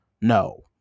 no